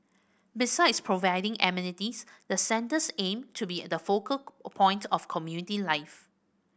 besides providing amenities the centres aim to be the focal point of community life